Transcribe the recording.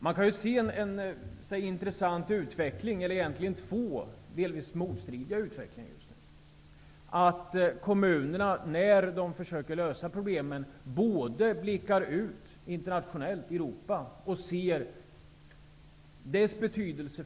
Man kan egentligen se två intressanta utvecklingar som delvis är motstridiga. När kommunerna försöker lösa problemen och komma ur sina svårigheter blickar de ut i Europa och ser dess betydelse.